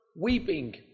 weeping